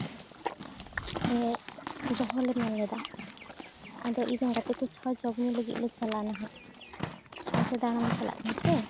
ᱱᱤᱭᱟᱹ ᱫᱚᱦᱚ ᱞᱮ ᱢᱮᱱᱞᱮᱫᱟ ᱟᱫᱚ ᱤᱧᱨᱮᱱ ᱜᱟᱛᱮ ᱠᱚ ᱥᱟᱶ ᱡᱚᱢᱼᱧᱩ ᱞᱟᱹᱜᱤᱫ ᱞᱮ ᱪᱟᱞᱟᱜᱼᱟ ᱱᱟᱜ ᱚᱱᱛᱮ ᱫᱟᱬᱟᱱ ᱞᱮ ᱪᱟᱞᱟᱜ ᱠᱟᱱᱟ ᱥᱮ